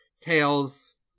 Tails